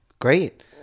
great